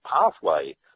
pathway